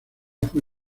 fue